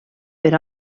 per